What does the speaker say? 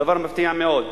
דבר מפתיע מאוד.